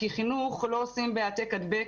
כי חינוך לא עושים בהעתק-הדבק,